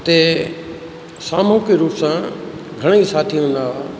उते सामुहिक रूप सां घणा ई साथी हूंदा हुआ